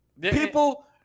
People